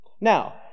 Now